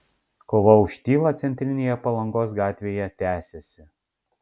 kova už tylą centrinėje palangos gatvėje tęsiasi